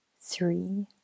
three